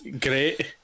great